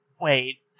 Wait